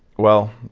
well,